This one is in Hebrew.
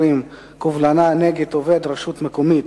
120) (קובלנה נגד עובד רשות מקומית),